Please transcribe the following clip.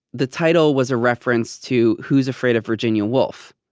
the title was a reference to who's afraid of virginia woolf,